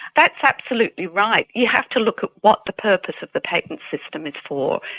that's absolutely right, you have to look at what the purpose of the patent system is for.